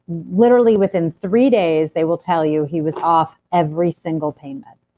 literally within three days they will tell you, he was off every single pain med.